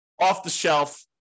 off-the-shelf